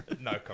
No